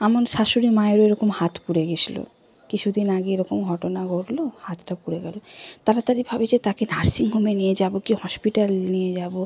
আমার শাশুড়ি মায়েরও এরকম হাত পুড়ে গিয়েছিল কিছু দিন আগে এরকম ঘটনা ঘটল হাতটা পুড়ে গেলো তাড়াতাড়িভাবে যে তাকে নার্সিং হোমে নিয়ে যাব কী হসপিটাল নিয়ে যাব